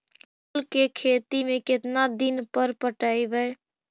फूल के खेती में केतना दिन पर पटइबै?